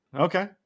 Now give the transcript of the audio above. Okay